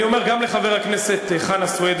אני אומר גם לחבר הכנסת חנא סוייד,